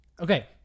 Okay